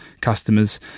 customers